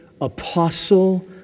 apostle